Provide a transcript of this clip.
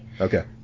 Okay